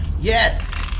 Yes